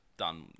done